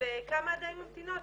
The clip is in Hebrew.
וכמה עדיין ממתינות?